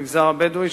במגזר הבדואי,